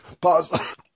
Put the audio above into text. Pause